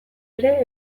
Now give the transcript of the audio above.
ere